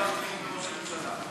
איפה חברי הממשלה?